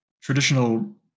traditional